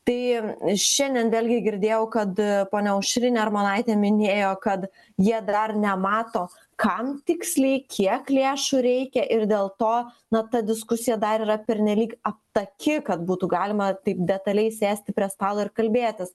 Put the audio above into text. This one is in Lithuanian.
tai šiandien vėlgi girdėjau kad ponia aušrinė armonaitė minėjo kad jie drar nemato kam tiksliai kiek lėšų reikia ir dėl to na ta diskusija dar yra pernelyg aptaki kad būtų galima taip detaliai sėsti prie stalo ir kalbėtis